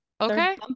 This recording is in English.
Okay